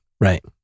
Right